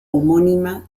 homónima